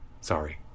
Sorry